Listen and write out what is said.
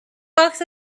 box